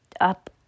up